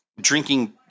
drinking